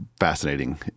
fascinating